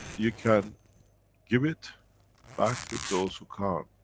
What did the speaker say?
you can give it back to those who can't.